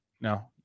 No